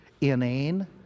inane